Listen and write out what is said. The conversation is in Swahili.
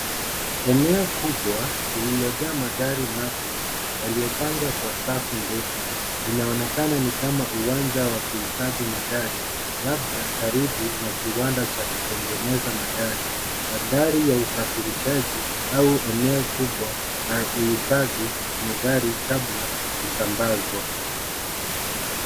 Eneo kubwa lililojaa magari mapya yaliyopangwa kwa safu ndefu. Inaonekana ni kama uwanja wa kuhifadhi magari, labda karibu na kiwanda cha kutengeneza magari. Bandari ya usafirishaji au eneo kubwa la uhifadhi wa magari kabla kusambazwa.